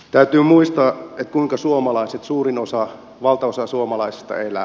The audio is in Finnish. täytyy muistaa kuinka suomalaiset suurin osa valtaosa suomalaisista elää